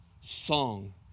song